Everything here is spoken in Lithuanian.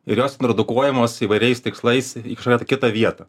ir jos ten redukuojamos įvairiais tikslais į kažkurią tai kitą vietą